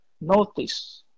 Notice